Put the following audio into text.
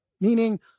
Meaning